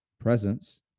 presence